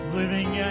living